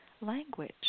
language